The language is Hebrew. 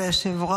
הכנסת,